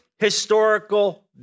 historical